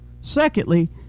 secondly